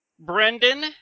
Brendan